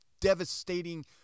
devastating